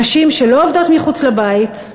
נשים שלא עובדות מחוץ לבית,